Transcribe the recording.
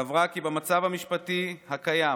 סברה כי במצב המשפטי הקיים